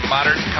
Modern